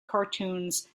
cartoons